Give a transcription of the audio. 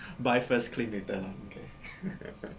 buy first claim later lah okay